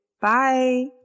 Bye